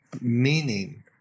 meaning